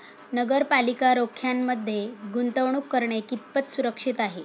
नगरपालिका रोख्यांमध्ये गुंतवणूक करणे कितपत सुरक्षित आहे?